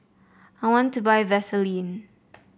I want to buy Vaselin